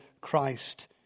Christ